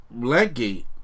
Blackgate